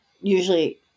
usually